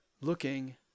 looking